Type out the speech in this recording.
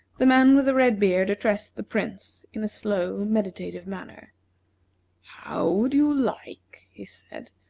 the man with the red beard addressed the prince in a slow, meditative manner how would you like, he said,